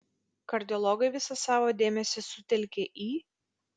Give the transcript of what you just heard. kardiologai visą savo dėmesį sutelkia į